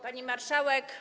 Pani Marszałek!